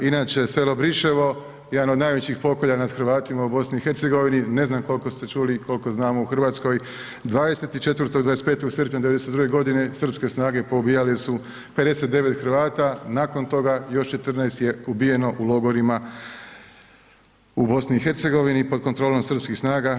Inače, selo Briševo, jedan od najvećih pokolja nad Hrvatima u BiH, ne znam koliko ste čuli i koliko znamo u Hrvatskoj, 24. i 25. srpnja 92. godine srpske snage poubijali su 59 Hrvata, nakon toga, još 14 je ubijeno u logorima u BiH pod kontrolom srpskih snaga.